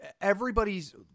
everybody's